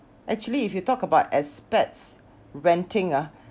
actually if you talk about expats renting ah